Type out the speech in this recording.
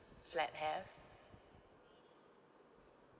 flat have